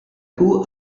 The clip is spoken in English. who